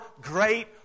great